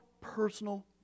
personal